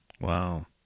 Wow